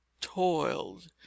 toiled